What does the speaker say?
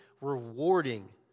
rewarding